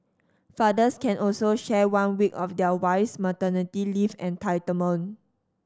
fathers can also share one week of their wife's maternity leave entitlement